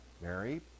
Mary